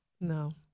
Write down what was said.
No